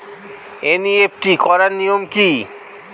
NEFT করার নিয়ম কী?